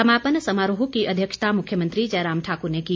समापन समारोह की अध्यक्षता मुख्यमंत्री जयराम ठाकुर ने की